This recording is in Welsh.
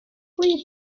pwy